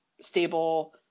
stable